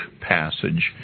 passage